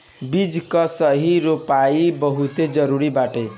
बीज कअ सही रोपाई बहुते जरुरी बाटे